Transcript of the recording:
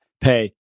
pay